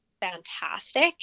fantastic